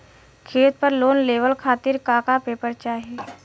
खेत पर लोन लेवल खातिर का का पेपर चाही?